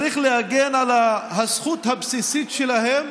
צריך להגן על הזכות הבסיסית שלהם